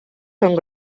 són